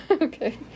Okay